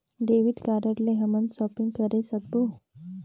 Debit card ले हमन shopping करे सकबो?